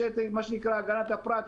יש מה שנקרא "הגנת הפרט",